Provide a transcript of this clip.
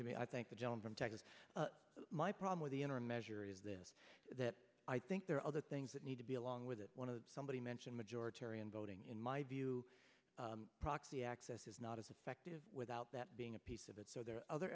to be i thank the gentleman from texas my problem with the interim measure is this that i think there are other things that need to be along with it somebody mentioned majority tarion voting in my view proxy access is not as effective without that being a piece of it so there are other